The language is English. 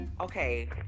okay